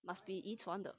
must be 遗传的